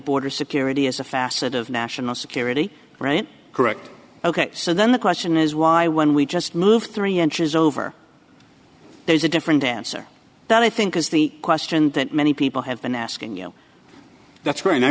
border security is a facet of national security right correct ok so then the question is why when we just moved three inches over there's a different answer that i think is the question that many people have been asking you that's right and i